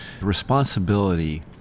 responsibility